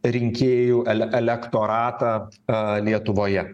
rinkėjų ele elektoratą lietuvoje